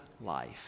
life